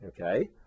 okay